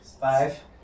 Five